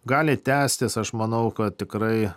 gali tęstis aš manau kad tikrai